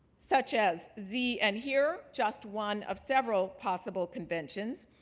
such as ze and hir, just one of several possible conventions.